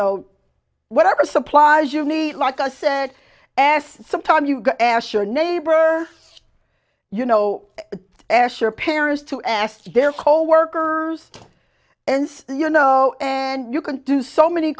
know whatever supplies you need like i said as sometimes you get asked your neighbors or you know asher parents to ask their coworkers and you know and you can do so many